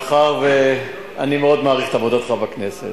מאחר שאני מאוד מעריך את עבודתך בכנסת,